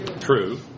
True